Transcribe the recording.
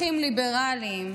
ערכים ליברליים,